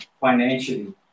financially